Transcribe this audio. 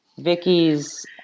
vicky's